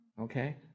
Okay